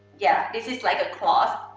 yeah this is like a cross,